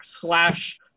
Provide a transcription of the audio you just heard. Slash